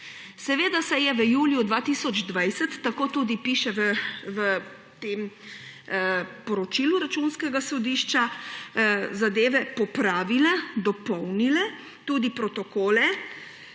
Seveda so se v juliju 2020, tako tudi piše v tem poročilu Računskega sodišča, zadeve popravile, dopolnile, tudi dorekli